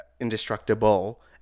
indestructible